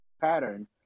pattern